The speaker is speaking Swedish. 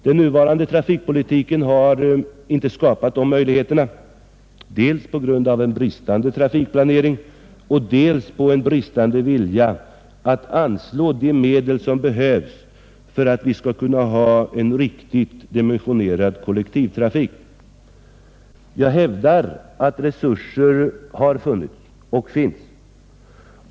Den nuvarande trafikpolitiken har inte skapat de möjligheterna dels på grund av en bristande trafikplanering, dels på grund av en bristande vilja att anslå de medel som behövs för att vi skall kunna ha en riktigt dimensionerad kollektivtrafik. Jag hävdar att resurser har funnits och finns.